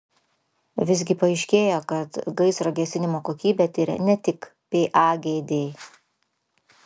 visgi paaiškėjo kad gaisro gesinimo kokybę tiria ne tik pagd